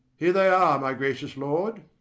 here they are, my gracious lord.